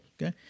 Okay